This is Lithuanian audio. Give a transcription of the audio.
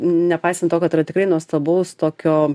nepaisant to kad yra tikrai nuostabaus tokio